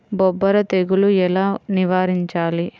బొబ్బర తెగులు ఎలా నివారించాలి?